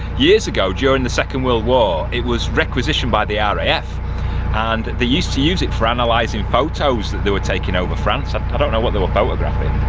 years ago during the second world war it was requisitioned by the ah raf and they used to use it for analysing photos that they were taking over france, um i don't know what they were photographing,